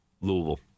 Louisville